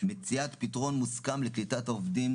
שמציאת פתרון מוסכם לקליטת העובדים,